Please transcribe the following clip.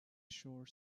shore